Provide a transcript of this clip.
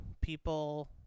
people